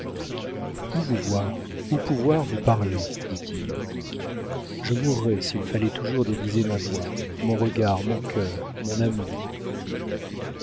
vous voir où pouvoir vous parler dit-il je mourrais s'il fallait toujours déguiser ma voix mon regard mon cœur mon amour